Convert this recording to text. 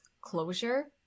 closure